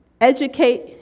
educate